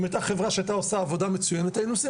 אם הייתה חברה שעושה עבודה מצויינת היינו עושים